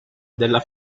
della